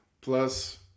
plus